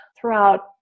throughout